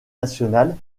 nationale